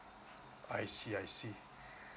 I see I see